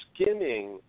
skimming